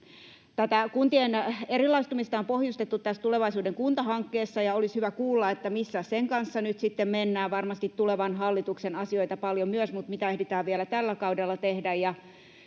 Tätä kuntien erilaistumista on pohjustettu tässä Tulevaisuuden kunta -hankkeessa, ja olisi hyvä kuulla, missä sen kanssa nyt sitten mennään. Varmasti tulevan hallituksen asioita paljon myös, mutta mitä ehditään vielä tällä kaudella tehdä?